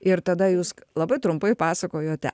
ir tada jūs labai trumpai pasakojote